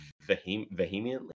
vehemently